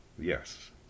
Yes